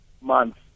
months